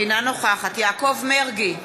אינה נוכחת יעקב מרגי,